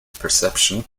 perception